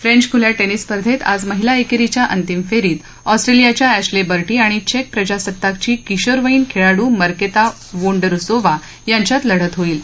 French खुल्या tennis स्पर्धेत आज महिला एकेरीच्या अंतिम फेरीत ऑस्ट्रेलियाच्या अॅश्ने बर्टी आणि चेक प्रजासत्ताकाची किशोरवयीन खेळाडू मर्केता वोन्डरुसोवा यांच्यात लढत होईल